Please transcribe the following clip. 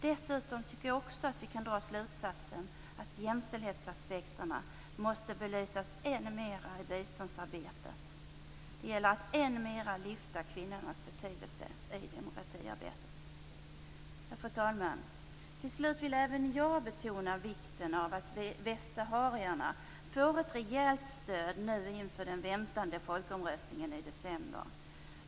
Dessutom tycker jag också att vi kan dra slutsatsen att jämställdhetsaspekterna måste belysas ännu mer i biståndsarbetet. Det gäller att ännu mer lyfta fram kvinnornas betydelse i demokratiarbetet. Fru talman! Till slut vill även jag betona vikten av att västsaharierna nu får ett rejält stöd inför den väntande folkomröstningen i december.